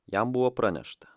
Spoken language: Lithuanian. jam buvo pranešta